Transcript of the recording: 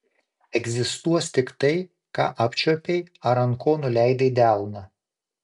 egzistuos tik tai ką apčiuopei ar ant ko nuleidai delną